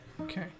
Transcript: Okay